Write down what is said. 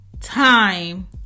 time